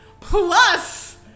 Plus